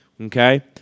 Okay